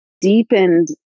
deepened